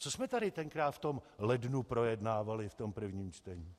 Co jsme tady tenkrát v tom lednu projednávali v tom prvním čtení?